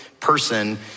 person